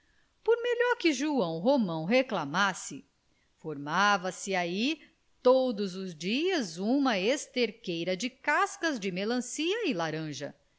por melhor que joão romão reclamasse formava-se ai todos os dias uma esterqueira de cascas de melancia e laranja